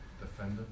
defender